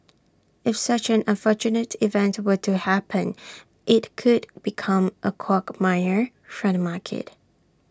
if such an unfortunate event were to happen IT could become A quagmire for the market